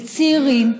בצעירים,